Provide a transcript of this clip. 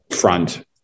front